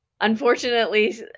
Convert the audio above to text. unfortunately